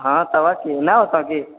हँ तब की ने होतो की